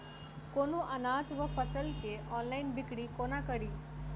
कोनों अनाज वा फसल केँ ऑनलाइन बिक्री कोना कड़ी?